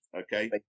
Okay